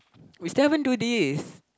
we still haven't do this